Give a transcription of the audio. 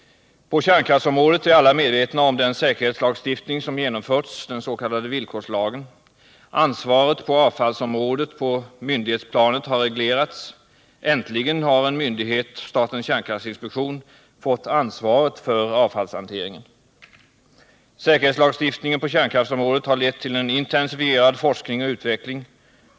Alla är medvetna om den säkerhetslagstiftning på kärnkraftsområdet, den s.k. villkorslagen, som genomförts. Ansvaret på myndighetsplanet när det gäller avfallsområdet har reglerats. Äntligen har en myndighet, statens kärnkraftinspektion, fått ansvaret för avfallshanteringen. Säkerhetslagstiftningen på kärnkraftsområdet har lett till en intensifierad forskning och utveckling.